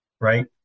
right